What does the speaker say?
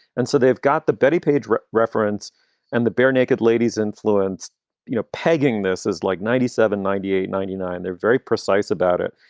and so they've got the bettie page reference and the bare naked ladies influenced you know pegging this as like ninety seven, ninety eight, ninety nine. they're very precise about it,